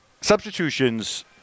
Substitutions